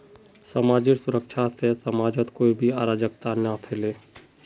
समाजेर सुरक्षा से समाजत कोई भी अराजकता ना फैले